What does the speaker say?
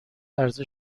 عرضه